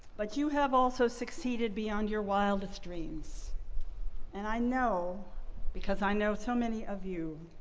but you have also succeeded beyond your wildest dreams and i know because i know so many of you,